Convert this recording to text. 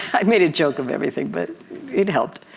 i made a joke of everything but it helped.